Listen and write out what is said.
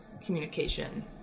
communication